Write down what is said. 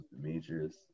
Demetrius